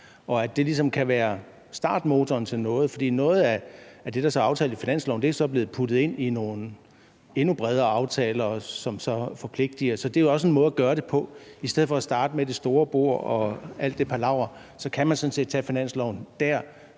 og at det ligesom kan være startmotoren til noget. For noget af det, der så er aftalt i finansloven, er så blevet puttet ind i nogle endnu bredere aftale, som så forpligtiger. Så det er også en måde at gøre det på. I stedet for at starte med det store bord og al den palaver, kan man sådan set tage finansloven og